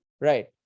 Right